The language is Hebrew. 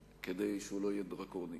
כדי שהוא לא יהיה דרקוני.